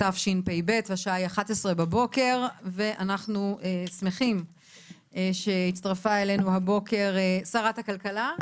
תשפ"ב והשעה היא 11:00. אנחנו שמחים שהצטרפה אלינו הבוקר שרת הכלכלה,